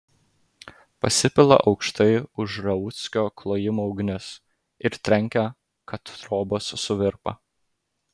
pasipila aukštai už rauckio klojimo ugnis ir trenkia kad trobos suvirpa